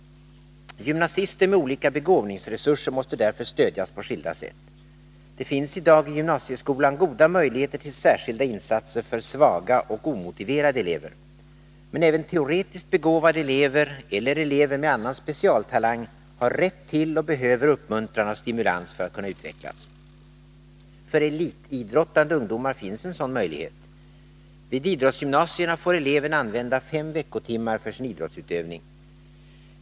Gymnasister med olika begåvningsresurser måste därför stödjas på skilda sätt. Det finns i dag i gymnasieskolan goda möjligheter till särskilda insatser för svaga och omotiverade elever. Men även teoretiskt begåvade elever eller elever med annan specialtalang har rätt till och behöver uppmuntran och stimulans för att kunna utvecklas. För elitidrottande ungdomar finns en sådan möjlighet. Vid idrottsgymnasierna får eleven använda fem veckotimmar för sin idrottsutövning.